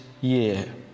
year